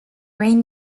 rain